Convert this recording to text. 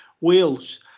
Wales